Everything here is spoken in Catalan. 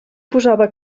posava